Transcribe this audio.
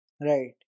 Right